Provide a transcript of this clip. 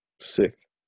Sick